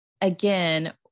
again